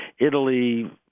italy